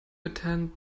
attend